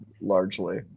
largely